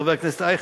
חבר הכנסת אייכלר,